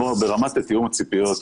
ברמת תיאום הציפיות,